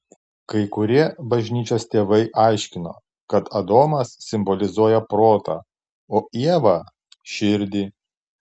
kai kurie bažnyčios tėvai aiškino kad adomas simbolizuoja protą o ieva širdį